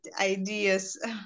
ideas